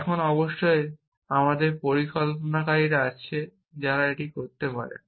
এখন অবশ্যই আমাদের পরিকল্পনাকারীরা আছে যারা এটি করতে পারে